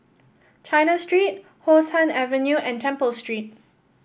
China Street How Sun Avenue and Temple Street